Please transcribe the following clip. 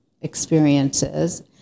experiences